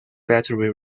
battery